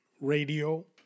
radio